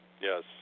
Yes